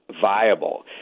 viable